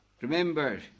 Remember